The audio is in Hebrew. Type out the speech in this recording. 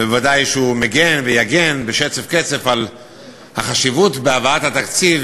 ודאי שהוא מגן ויגן בשצף קצף על החשיבות בהבאת התקציב,